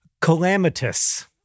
calamitous